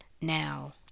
Now